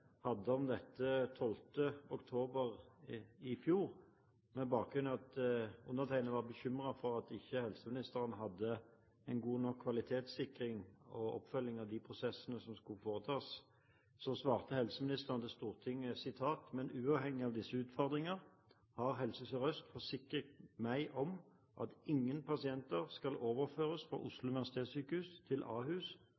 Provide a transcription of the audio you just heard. fjor, med bakgrunn i at undertegnede var bekymret for at ikke helseministeren hadde en god nok kvalitetssikring og oppfølging av de prosessene som skulle foretas, svarte helseministeren: «Men uavhengig av disse utfordringer har Helse Sør-Øst forsikret meg om at ingen pasienter skal overføres fra